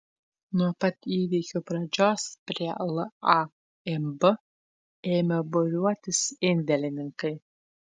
nuo pat įvykių pradžios prie laib ėmė būriuotis indėlininkai